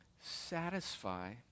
satisfy